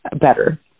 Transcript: better